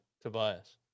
Tobias